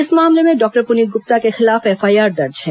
इस में डॉक्टर पुनीत गुप्ता के खिलाफ एफआईआर दर्ज है